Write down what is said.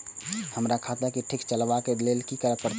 हमरा खाता क ठीक स चलबाक लेल की करे परतै